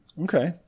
Okay